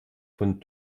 von